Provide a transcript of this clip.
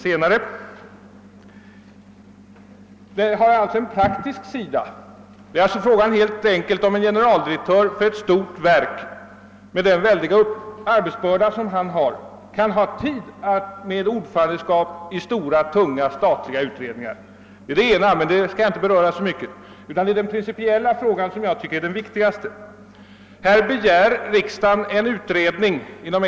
Saken har även en praktisk sida, nämligen helt enkelt om en generaldirektör för ett stort verk, med den väldiga arbetsbörda som han har, kan hinna med ordförandeskap i stora, tunga statliga utredningar. Det är emellertid den principiella frågan som jag anser vara den viktigaste. Här begär riksdagen en utredning inom .